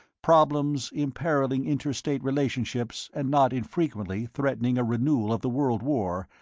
problems imperilling inter-state relationships and not infrequently threatening a renewal of the world war,